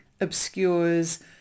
obscures